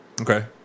Okay